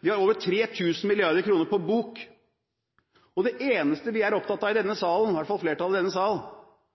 Vi har over 3 000 mrd. kr på bok, og det eneste vi er opptatt av i denne salen – i hvert fall flertallet i denne salen